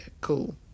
cool